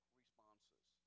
responses